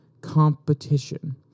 competition